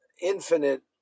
infinite